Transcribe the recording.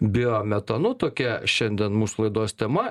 biometanu tokia šiandien mūsų laidos tema